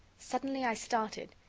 suddenly i started,